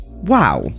wow